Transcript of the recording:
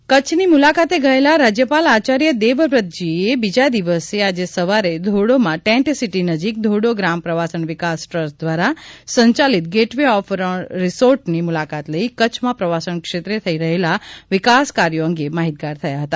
રાજ્યપાલ કચ્છ ની મુલાકાતે ગયેલા રાજ્યપાલ આચાર્ય દેવવ્રતજીએ બીજા દિવસે આજે સવારે ધોરડોમાં ટેન્ટ સિટી નજીક ધોરડો ગ્રામ પ્રવાસન વિકાસ ટ્રસ્ટ દ્વારા સંચાલિત ગેટ વે ઓફ રણ રિસોર્ટની મુલાકાત લઇ કચ્છમાં પ્રવાસન ક્ષેત્રે થઇ રહેલા વિકાસ કાર્યો અંગે માહિતગાર થયા હતા